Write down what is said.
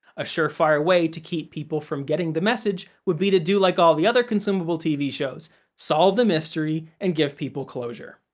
a surefire way to keep people from getting the message would be to do like all the other consumable tv shows solve the mystery and give people closure.